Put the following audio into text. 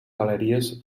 galeries